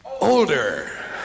older